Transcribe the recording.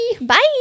Bye